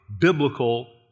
biblical